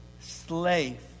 slave